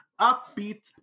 upbeat